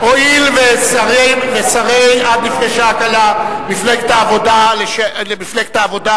הואיל ושרי מפלגת העבודה עד לפני שעה קלה